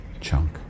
Chunk